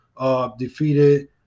defeated